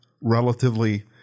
relatively